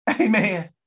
Amen